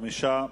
5,